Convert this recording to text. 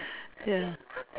ya